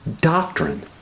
doctrine